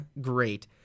great